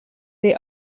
they